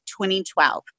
2012